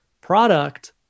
Product